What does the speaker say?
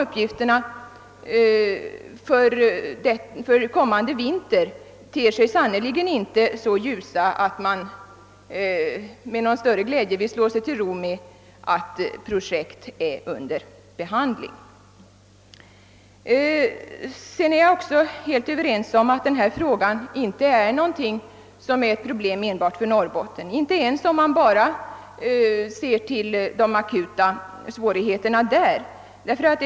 Uppgifterna för kommande vinter ter sig sannerligen inte så ljusa att man med någon större glädje vill slå sig till ro med att projekt är under behandling. Jag är också helt överens om att denna fråga inte är ett problem enbart för Norrbotten, inte ens om man bara ser till de akuta svårigheterna där.